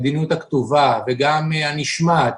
המדיניות הכתובה וגם הנשמעת,